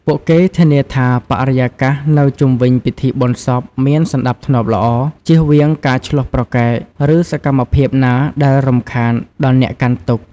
ពួកគេធានាថាបរិយាកាសនៅជុំវិញពិធីបុណ្យសពមានសណ្តាប់ធ្នាប់ល្អ ជៀសវាងការឈ្លោះប្រកែក ឬសកម្មភាពណាដែលរំខានដល់អ្នកកាន់ទុក្ខ។